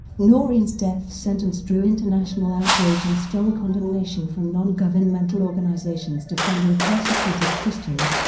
noreen's death sentence drew international outrage and strong condemnation from non-governmental organizations defending persecuted christians,